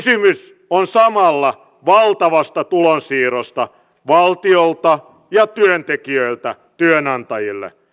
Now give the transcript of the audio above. kysymys on samalla valtavasta tulonsiirrosta valtiolta ja työntekijöiltä työnantajille